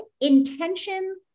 intention